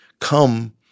come